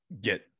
get